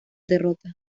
derrota